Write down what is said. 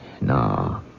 No